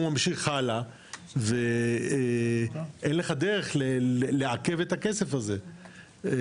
הוא ממשיך הלאה ואין לך דרך לעכב את הכסף הזה ולכן,